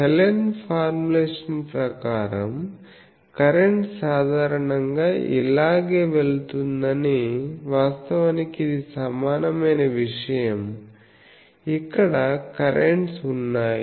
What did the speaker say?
Helen formulation ప్రకారం current సాధారణంగా ఇలాగే వెళుతుందని వాస్తవానికి ఇది సమానమైన విషయం ఇక్కడ కరెంట్స్ ఉన్నాయి